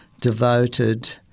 devoted